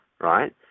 right